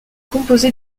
composé